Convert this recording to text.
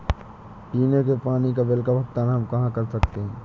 पीने के पानी का बिल का भुगतान हम कहाँ कर सकते हैं?